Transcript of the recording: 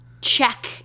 check